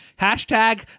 Hashtag